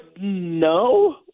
no